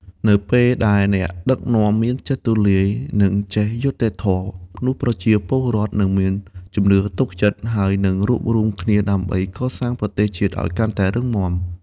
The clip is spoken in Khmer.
នៅពេលដែលអ្នកដឹកនាំមានចិត្តទូលាយ និងចេះយុត្តិធម៌ នោះប្រជាពលរដ្ឋនឹងមានជំនឿទុកចិត្ត ហើយនឹងរួបរួមគ្នាដើម្បីកសាងប្រទេសជាតិឱ្យកាន់តែរុងរឿង។